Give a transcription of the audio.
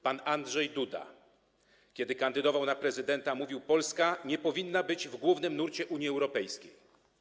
Pan Andrzej Duda, kiedy kandydował na prezydenta, mówił, że Polska nie powinna być w głównym nurcie Unii Europejskiej.